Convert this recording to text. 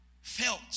felt